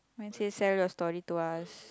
my said sell your story to us